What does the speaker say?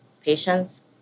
patients